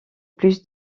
plus